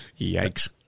yikes